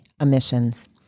emissions